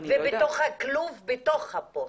ובתוך הכלוב בתוך הפוסטה?